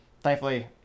thankfully